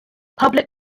public